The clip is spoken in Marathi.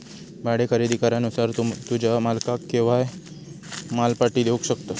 भाडे खरेदी करारानुसार तू तुझ्या मालकाक केव्हाय माल पाटी देवक शकतस